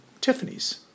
Tiffany's